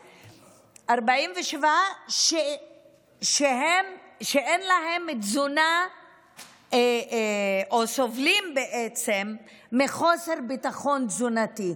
47%. 47% אין להם תזונה או סובלים מחוסר ביטחון תזונתי.